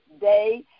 day